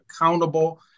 accountable